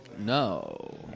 No